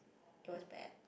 it was bad